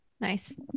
nice